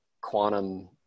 quantum